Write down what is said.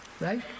right